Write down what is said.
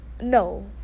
no